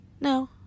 No